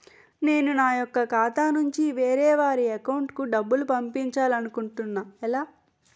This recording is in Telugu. నేను నా యెక్క ఖాతా నుంచి వేరే వారి అకౌంట్ కు డబ్బులు పంపించాలనుకుంటున్నా ఎలా?